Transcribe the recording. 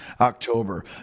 October